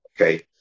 Okay